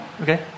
Okay